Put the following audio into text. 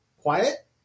quiet